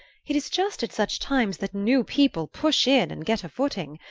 it is just at such times that new people push in and get a footing.